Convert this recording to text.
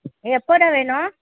எப்போடா வேணும்